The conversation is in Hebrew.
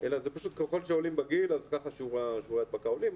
אלא ככל שעולים בגיל, כך עולים שיעורי ההדבקה.